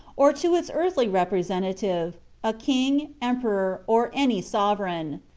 or to its earthly representative a king, emperor, or any sovereign.